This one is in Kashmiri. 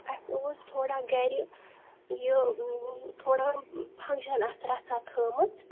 اَسہِ اوس تھوڑا گَرِ یہِ ٹھوڑا فنٛکشن اکھ رَژھا تھٲومٕژ